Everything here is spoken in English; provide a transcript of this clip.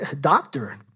Doctor